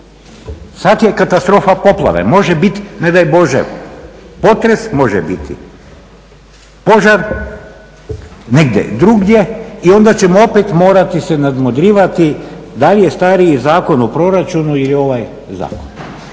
Sad je katastrofa poplave, može biti ne daj Bože potres, može biti požar negdje drugdje i onda ćemo opet morati se nadmudrivati da li je stariji Zakon o proračunu ili ovaj zakon.